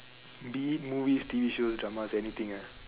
be it movies T_V shows dramas anything ah